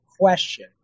question